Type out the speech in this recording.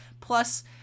Plus